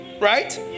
Right